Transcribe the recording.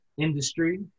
industry